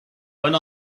went